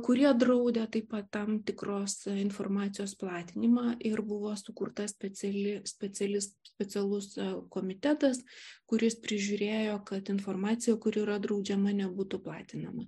kurie draudė taip pat tam tikros informacijos platinimą ir buvo sukurta speciali speciali specialus komitetas kuris prižiūrėjo kad informacija kuri yra draudžiama nebūtų platinama